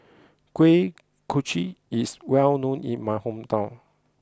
Kuih Kochi is well known in my hometown